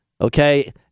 okay